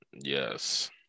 Yes